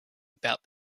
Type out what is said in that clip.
about